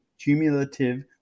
cumulative